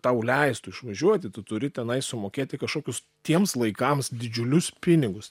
tau leistų išvažiuoti tu turi tenai sumokėti kažkokius tiems laikams didžiulius pinigus